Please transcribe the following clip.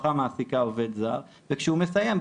משפחה מעסיקה עובד זר וכשהוא מסיים,